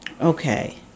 Okay